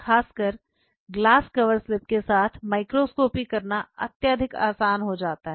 खासकर glass cover slip के साथ माइक्रोस्कॉपी करना अत्यधिक आसान हो जाता है